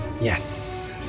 Yes